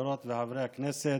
חברות וחברי הכנסת,